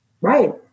Right